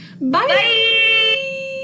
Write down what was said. Bye